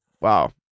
Wow